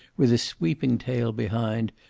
with a sweeping tail behind,